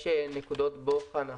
יש נקודות בוחן.